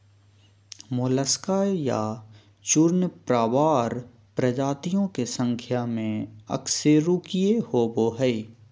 Mollusca या चूर्णप्रावार प्रजातियों के संख्या में अकशेरूकीय होबो हइ